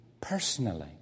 personally